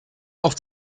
auch